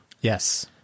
yes